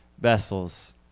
vessels